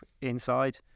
inside